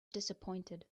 disappointed